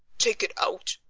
take it out?